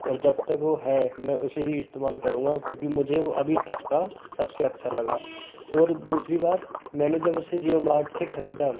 और जब तक वो है मैं उसे ही इस्तेमाल करुंगा क्योंकि मुझे वो अभी तक का सबसे अच्छा लगा और दूसरी बात मैंने जब उसे जीओ मार्ट से खरीदा